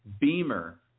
Beamer